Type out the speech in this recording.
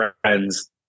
friends